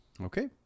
Okay